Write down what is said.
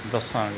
ਦੱਸਾਂਗੇ